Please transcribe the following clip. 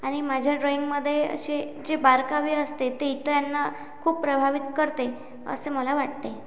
आणि माझ्या ड्रॉईंगमध्ये असे जे बारकावे असते ते इतरांना खूप प्रभावित करते असे मला वाटते